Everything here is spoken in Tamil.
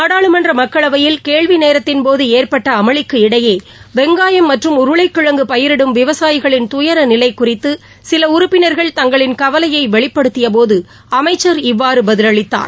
நாடாளுமன்ற மக்களவையில் கேள்வி நேரத்தின்போது ஏற்பட்ட அமளிக்கு இடையே வெங்காயம் மற்றும் உருளைக்கிழங்கு பயிரிடும் விவசாயிகளின் துயர நிலை குறித்து சில உறுப்பினர்கள் தங்களின் கவலையை வெளிப்படுத்தியபோது அமைச்சர் இவ்வாறு பதிலளித்தார்